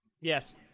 yes